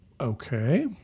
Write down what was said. Okay